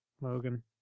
Logan